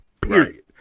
period